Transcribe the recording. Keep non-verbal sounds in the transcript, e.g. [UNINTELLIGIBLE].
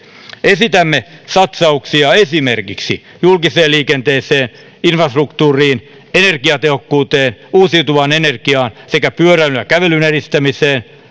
esitämme satsauksia esimerkiksi julkiseen liikenteeseen infrastruktuuriin energiatehokkuuteen uusiutuvaan energiaan sekä pyöräilyn ja kävelyn edistämiseen [UNINTELLIGIBLE]